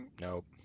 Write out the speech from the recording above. nope